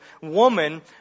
woman